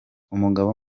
umugabo